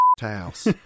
house